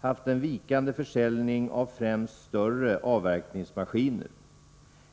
haft en vikande försäljning av främst större avverkningsmaskiner.